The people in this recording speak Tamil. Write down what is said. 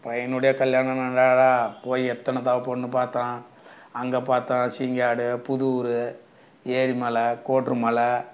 பையனோடைய கல்யாணம் போய் எத்தனை தடவ பொண்ணு பார்த்தோம் அங்கே பார்த்தோம் சிங்காடு புதுவூரு ஏரிமலை கோட்ருமலை